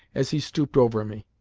as he stooped over me.